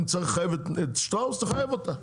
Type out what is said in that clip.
אם צריך לחייב את שטראוס תחייב אותה,